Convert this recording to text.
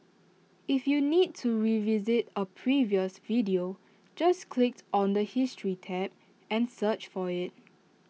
if you need to revisit A previous video just click on the history tab and search for IT